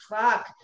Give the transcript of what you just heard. fuck